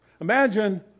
Imagine